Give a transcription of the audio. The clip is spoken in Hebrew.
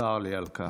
צר לי על כך.